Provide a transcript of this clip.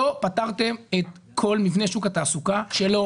לא פתרתם את כל מבנה שוק התעסוקה שלא